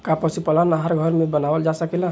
का पशु आहार घर में बनावल जा सकेला?